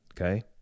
Okay